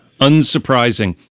Unsurprising